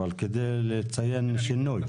אבל כדי לציין שינוי.